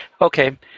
Okay